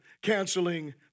canceling